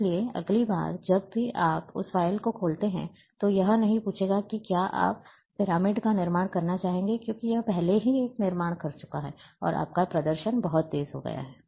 इसलिए अगली बार जब भी आप उस फ़ाइल को खोलते हैं तो यह नहीं पूछेगा कि क्या आप पिरामिड का निर्माण करना चाहते हैं क्योंकि यह पहले ही एक निर्माण कर चुका है और आपका प्रदर्शन बहुत तेज हो गया है